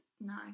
No